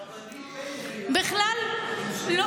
ובכלל לא